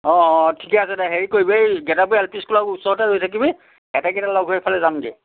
অঁ অঁ ঠিকে আছে দে হেৰি কৰিবি সেই গেটবাৰী এল পি স্কুলৰ ওচৰতে ৰৈ থাকিবি এটাইকেইটাই লগ হৈ এইফালে যামগৈ